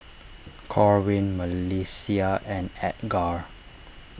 Corwin Melissia and Edgar